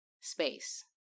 space